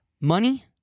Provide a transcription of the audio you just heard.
money